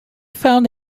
found